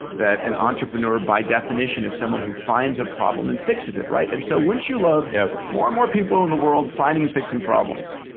that an entrepreneur, by definition, is someone who finds a problem and fixes it, right? and so wouldn't you love yeah more and more people in the world finding and fixing problems?